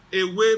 away